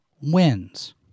wins